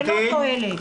ולא תועלת.